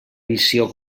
visió